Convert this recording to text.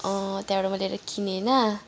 अँ त्यहाँबटा मैले एउटा किने होइन